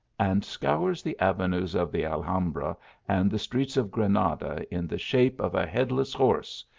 and scours the avenues of the alhambra and the streets of granada in the shape of a headless horse,